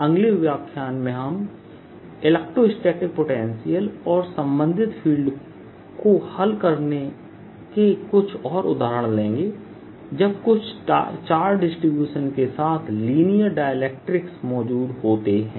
अगले व्याख्यान में हम इलेक्ट्रोस्टैटिक पोटेंशियल और संबंधित फील्ड को हल करने के कुछ और उदाहरण लेंगे जब कुछ चार्ज डिस्ट्रीब्यूशन के साथ लिनियर डाइलेक्ट्रिक्स मौजूद होते हैं